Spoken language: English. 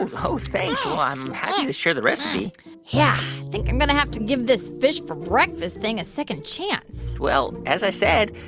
and oh, thanks. well, i'm happy to share the recipe yeah. i think i'm going to have to give this fish for breakfast thing a second chance well, as i said,